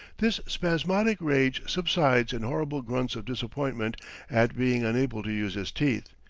this spasmodic rage subsides in horrible grunts of disappointment at being unable to use his teeth,